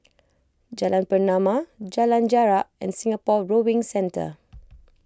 Jalan Pernama Jalan Jarak and Singapore Rowing Centre